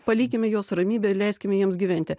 palikime juos ramybė leiskime jiems gyventi